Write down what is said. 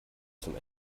zum